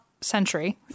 century